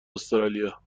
استرالیا